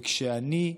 כשאני,